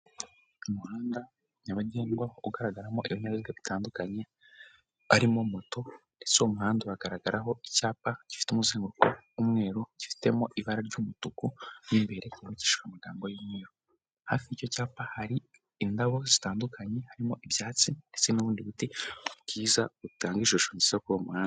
Umuhanda nyabagendwa ugaragaramo ibinyabiziga bitandukanye, arimo moto ndetse uwo umuhanda uragaragaraho icyapa gifite umusengukuruko w'umweruru gifitemo ibara ry'umutuku mo imbere handishijije amagambo y'umweru, hafi y'icyo cyapa hari indabo zitandukanye harimo ibyatsi ndetse n'ubundi buti bwiza butanga ishusho nziza kuri uwo muhanda.